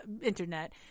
internet